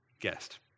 guest